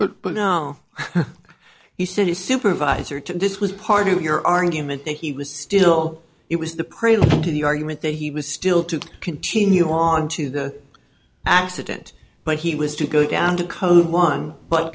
but but now he said the supervisor to this was part of your argument that he was still it was the prelude to the argument that he was still to continue on to the accident but he was to go down to code one but